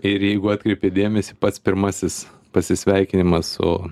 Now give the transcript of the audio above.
ir jeigu atkreipi dėmesį pats pirmasis pasisveikinimas su